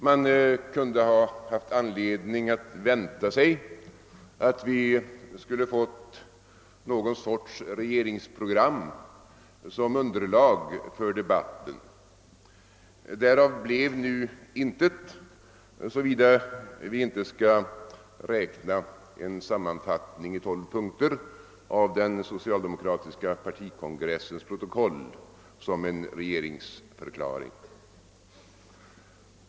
Man kunde haft anledning vänta sig någon sorts regeringsprogram som underlag för debatten. Därav blev nu intet, såvida vi inte skall räkna en sammanfattning i tolv punkter av den socialdemokratiska partikongressens protokoll som en regeringsförklaring.